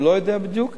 אני לא יודע בדיוק.